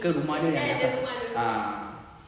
ke rumah dia naik atas ah